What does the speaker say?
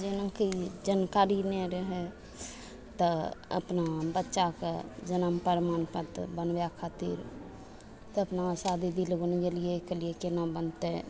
जेनाकि जानकारी नहि रहै तऽ अपना बच्चाके जनम प्रमाणपत्र बनबै खातिर तऽ अपना आशा दीदी लगुन गेलिए कहलिए कोना बनतै